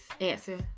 answer